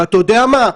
ואתה יודע מה?